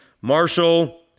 Marshall